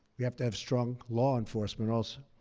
we have to have strong law enforcement also.